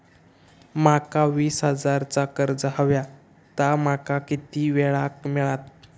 माका वीस हजार चा कर्ज हव्या ता माका किती वेळा क मिळात?